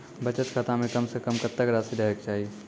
बचत खाता म कम से कम कत्तेक रासि रहे के चाहि?